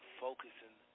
focusing